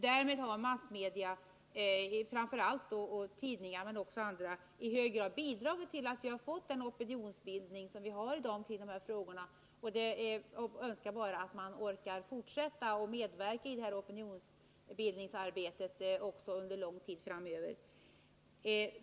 Därmed har massmedia, framför allt tidningarna, i hög grad bidragit till att vi fått den opinionsbildning vi har i dag i dessa frågor. Jag önskar att man orkar fortsätta med detta opinionsbildningsarbete också under lång tid framöver.